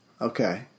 okay